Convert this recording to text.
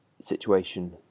situation